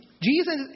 Jesus